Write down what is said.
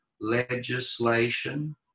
legislation